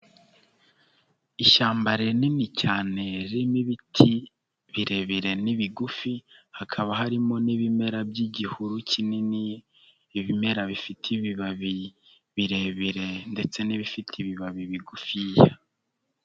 Ishyamba rinini cyane ririmo ibiti birebire n'ibigufi, hakaba harimo n'ibimera by'igihuru kinini, ibimera bifite ibibabi birebire ndetse n'ibifite ibibabi bigufiya.